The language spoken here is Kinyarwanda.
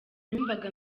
numvaga